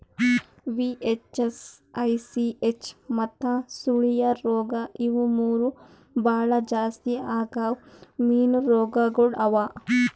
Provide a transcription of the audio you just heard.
VHS, ICH ಮತ್ತ ಸುಳಿಯ ರೋಗ ಇವು ಮೂರು ಭಾಳ ಜಾಸ್ತಿ ಆಗವ್ ಮೀನು ರೋಗಗೊಳ್ ಅವಾ